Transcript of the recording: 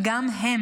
וגם הם,